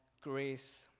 grace